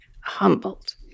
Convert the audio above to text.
humbled